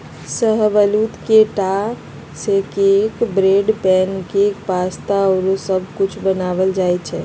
शाहबलूत के टा से cake, bread, pancake, pasta आउरो सब कुछ बनायल जाइ छइ